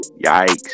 Yikes